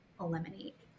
eliminate